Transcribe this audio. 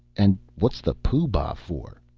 and what's the pooh-bah for?